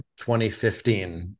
2015